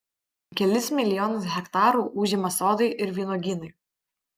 kelis milijonus hektarų užima sodai ir vynuogynai